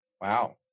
Wow